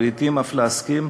ולעתים אף להסכים,